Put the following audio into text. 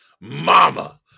Mama